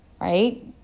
right